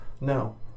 No